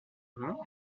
rhin